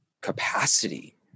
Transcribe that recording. capacity